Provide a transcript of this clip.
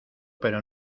pero